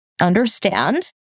understand